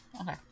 Okay